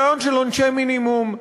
הרעיון של עונשי מינימום,